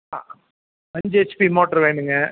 ஆ அஞ்சு H P motor வேணும்ங்க